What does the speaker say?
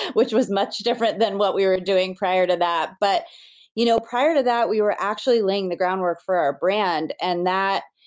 which was much different than what we were doing prior to that. but you know prior to that, we were actually laying the groundwork for our brand, and that,